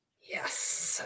Yes